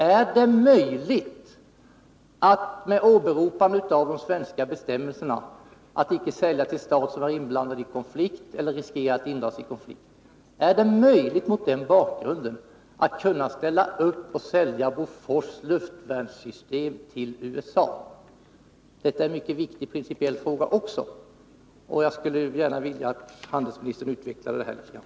Är det möjligt att, med åberopande av de svenska bestämmelserna om att man icke skall sälja till stater som är inblandade i konflikter eller riskerar att indras i sådana, sälja Bofors luftvärnssystem till USA? Detta är också en mycket viktig principiell fråga. Jag skulle vilja att handelsministern utvecklade detta litet.